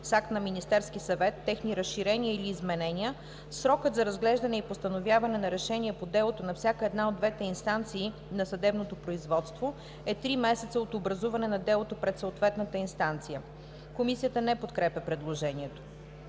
акт на Министерския съвет, техни разширения или изменения, срокът за разглеждане и постановяване на решение по делото, на всяка една от двете инстанции на съдебното производство, е три месеца от образуване на делото пред съответната инстанция.“ Комисията не подкрепя предложението.